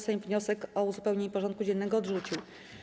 Sejm wniosek o uzupełnienie porządku dziennego odrzucił.